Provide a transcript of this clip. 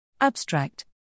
Abstract